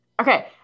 Okay